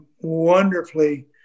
wonderfully